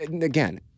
Again